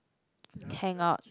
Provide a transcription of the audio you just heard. hang out